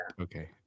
okay